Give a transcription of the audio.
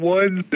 one